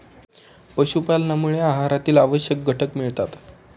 पशुपालनामुळे आहारातील आवश्यक घटक मिळतात